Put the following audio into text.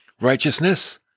Righteousness